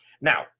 Now